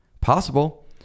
possible